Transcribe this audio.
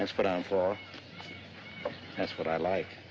that's what i'm for that's what i like